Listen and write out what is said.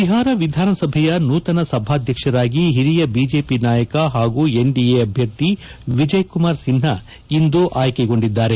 ಬಿಹಾರ ವಿಧಾನಸಭೆಯ ನೂತನ ಸಭಾದ್ವಕ್ಷರಾಗಿ ಹಿರಿಯ ಬಿಜೆಪಿ ನಾಯಕ ಹಾಗೂ ಎನ್ಡಿಎ ಅಭ್ವರ್ಥಿ ವಿಜಯ್ಕುಮಾರ್ ಸಿನ್ನಾ ಇಂದು ಆಯ್ಲಿಗೊಂಡಿದ್ದಾರೆ